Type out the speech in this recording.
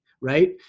right